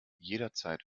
jederzeit